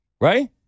Right